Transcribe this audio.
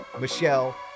Michelle